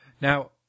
Now